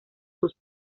sus